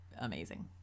amazing